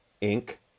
ink